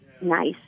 nice